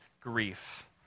grief